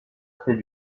fait